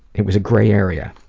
it was a grey area.